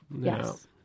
yes